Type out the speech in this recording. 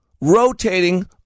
rotating